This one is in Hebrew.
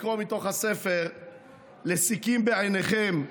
ולקרוא מתוך הספר "לשכים בעיניכם",